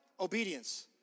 Obedience